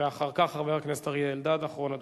ואחר כך, חבר הכנסת אריה אלדד, אחרון הדוברים.